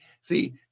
See